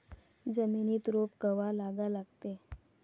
जमिनीत रोप कवा लागा लागते?